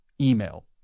email